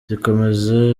zikomeza